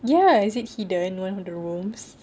ya is it hidden around the rooms